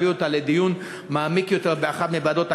אותה לדיון מעמיק יותר באחת מוועדות הכנסת.